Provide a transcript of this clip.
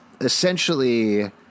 essentially